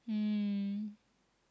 mm